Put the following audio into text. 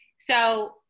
So-